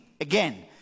again